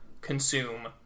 consume